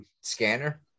scanner